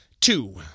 Two